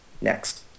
next